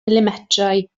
milimetrau